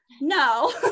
no